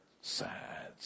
sad